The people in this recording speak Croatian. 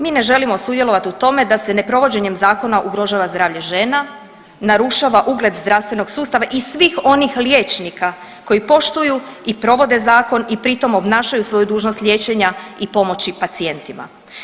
Mi ne želimo sudjelovat u tome da se neprovođenjem zakona ugrožava zdravlje žena, narušava ugled zdravstvenog sustava i svih onih liječnika koji poštuju i provode zakona i pri tom obnašaju svoju dužnost liječenja i pomoći pacijentima.